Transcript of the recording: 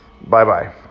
Bye-bye